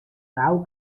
gau